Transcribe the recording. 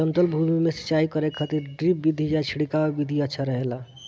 समतल भूमि में सिंचाई करे खातिर ड्रिप विधि या छिड़काव विधि अच्छा रहेला?